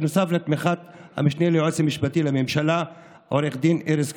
נוסף לתמיכת המשנה ליועץ המשפטי לממשלה עו"ד ארז קמיניץ.